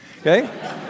Okay